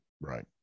Right